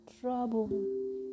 trouble